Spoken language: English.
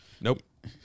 Nope